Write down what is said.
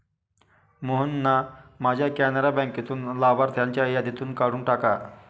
मोहनना माझ्या कॅनरा बँकेतून लाभार्थ्यांच्या यादीतून काढून टाका